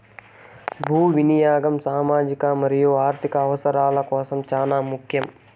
భూ వినియాగం సామాజిక మరియు ఆర్ధిక అవసరాల కోసం చానా ముఖ్యం